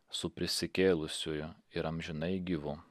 su prisikėlusiuoju ir amžinai gyvu